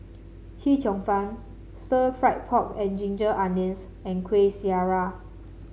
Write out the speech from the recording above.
Chee Cheong Fun Stir Fried Pork and Ginger Onions and Kuih Syara